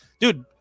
dude